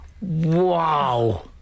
Wow